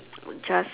just